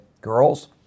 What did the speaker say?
girls